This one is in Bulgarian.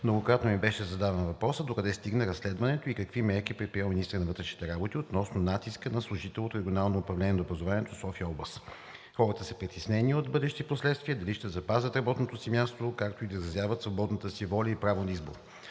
многократно ми беше задаван въпросът докъде стигна разследването и какви мерки е предприел министърът на вътрешните работи относно натиска на служител от Регионално управление на образованието – София-област. Хората са притеснени от бъдещи последствия дали ще запазят работното си място, както и да изразяват свободната си воля и право на избор.